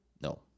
no